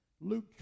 Luke